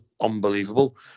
unbelievable